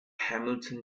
hamilton